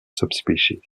subspecies